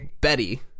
Betty